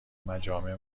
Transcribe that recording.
مجامع